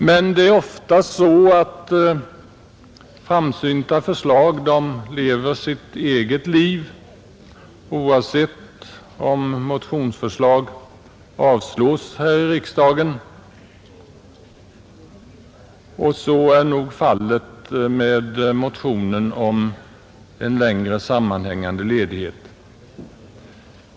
Men det är ofta så att framsynta förslag lever sitt eget liv, oavsett om motioner avslås här i riksdagen, och så är fallet med motionen om en längre sammanhängande ledighet.